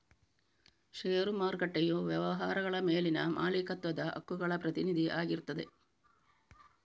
ಷೇರು ಮಾರುಕಟ್ಟೆಯು ವ್ಯವಹಾರಗಳ ಮೇಲಿನ ಮಾಲೀಕತ್ವದ ಹಕ್ಕುಗಳ ಪ್ರತಿನಿಧಿ ಆಗಿರ್ತದೆ